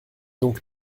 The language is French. donc